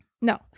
No